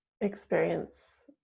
experience